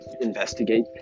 investigate